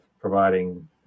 providing